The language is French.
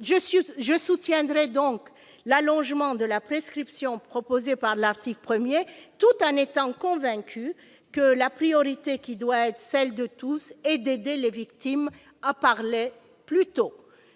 Je soutiendrai donc l'allongement de la prescription proposé par l'article 1, tout en étant convaincue que la priorité, qui doit être celle de tous, est d'aider les victimes à parler plus tôt.